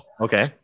okay